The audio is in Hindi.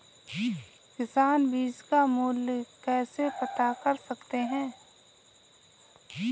किसान बीज का मूल्य कैसे पता कर सकते हैं?